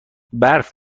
برف